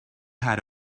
had